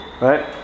right